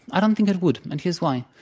i don't think that would. and here's why.